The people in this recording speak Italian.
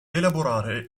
elaborare